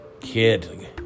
kid